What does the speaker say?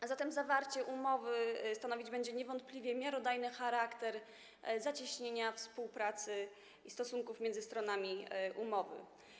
A zatem zawarcie umowy stanowić będzie niewątpliwie miarodajny charakter zacieśnienia współpracy i stosunków między stronami umowy.